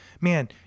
man